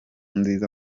nziza